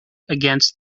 against